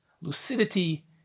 lucidity